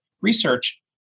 research